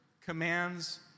commands